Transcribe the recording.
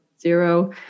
zero